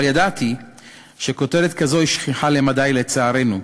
אבל ידעתי שכותרת כזאת שכיחה למדי, לצערנו,